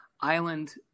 island